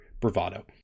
bravado